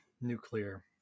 nuclear